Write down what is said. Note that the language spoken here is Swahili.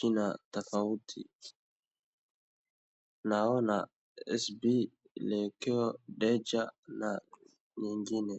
ina tofauti, naona SP, DEJA na nyingine.